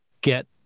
get